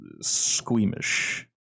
squeamish